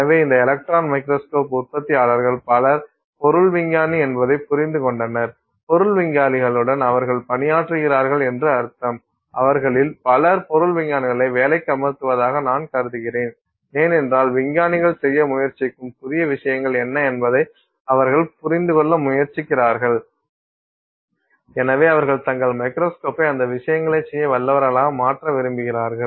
எனவே இந்த electron microscope உற்பத்தியாளர்கள் பலர் பொருள் விஞ்ஞானி என்பதை புரிந்து கொண்டனர் பொருள் விஞ்ஞானிகளுடன் அவர்கள் பணியாற்றுகிறார்கள் என்று அர்த்தம் அவர்களில் பலர் பொருள் விஞ்ஞானிகளை வேலைக்கு அமர்த்துவதாக நான் கருதுகிறேன் ஏனென்றால் விஞ்ஞானிகள் செய்ய முயற்சிக்கும் புதிய விஷயங்கள் என்ன என்பதை அவர்கள் புரிந்துகொள்ள முயற்சிக்கிறார்கள் எனவே அவர்கள் தங்கள் மைக்ரோஸ்கோப்பை அந்த விஷயங்களைச் செய்ய வல்லவர்களாக மாற்ற விரும்புகிறார்கள்